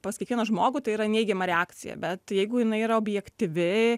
pas kiekvieną žmogų tai yra neigiama reakcija bet jeigu jinai yra objektyvi